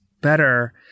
better